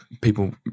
people